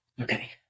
Okay